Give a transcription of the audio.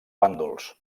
bàndols